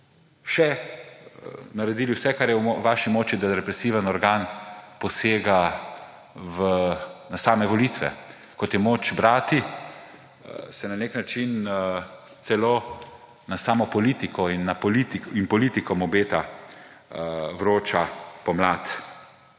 še naredili vse, kar je v vaši moči, da represiven organ posega v same volitve. Kot je moč brati, se na nek način celo sami politiki in politikom obeta vroča pomlad.